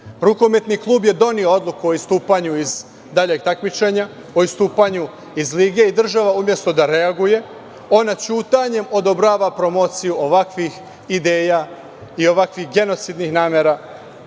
Rukometni klub je doneo odluku o istupanju iz daljeg takmičenja, o istupanju iz lige i država umesto da reaguje ona ćutanjem odobrava promociju ovakvih ideja i ovakvih genocidnih namera